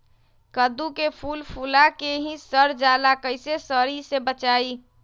कददु के फूल फुला के ही सर जाला कइसे सरी से बचाई?